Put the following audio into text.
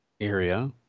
area